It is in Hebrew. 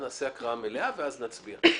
נעשה הקראה מלאה ואז נצביע.